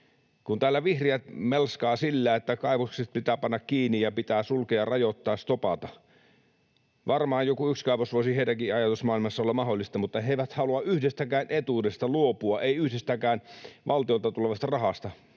Täällä vihreät melskaavat sillä, että kaivokset pitää panna kiinni ja pitää sulkea, rajoittaa, stopata. Varmaan joku yksi kaivos voisi heidänkin ajatusmaailmassaan olla mahdollista, mutta he eivät halua yhdestäkään etuudesta luopua, ei yhdestäkään valtiolta tulevasta rahasta.